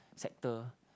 sector